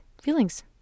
feelings